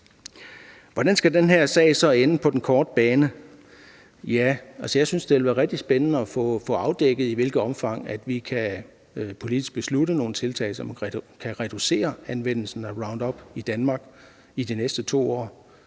Hvordan skal den her sag så ende på den korte bane? Ja, altså, jeg synes, det kunne være rigtig spændende at få afdækket, i hvilket omfang vi politisk kan tage beslutning om nogle tiltag, som kan reducere anvendelsen af Roundup i Danmark, i de næste 2 år.